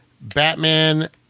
Batman